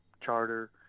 charter